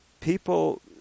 people